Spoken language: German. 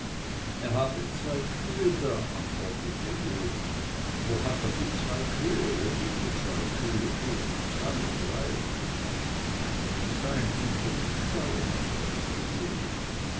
er habe zwei kühe da antwortete uli wo hat er die zwei kühe wo sind die zwei kühe frugen zwei drei sie seien unten im stalle antwortete